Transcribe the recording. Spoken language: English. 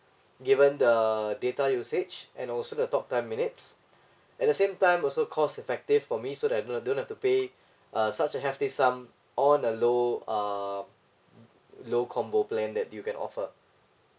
given the data usage and also the talk time minutes at the same time also cost effective for me so that I don't don't have to pay uh such a hefty sum on a low uh low combo plan that you can offer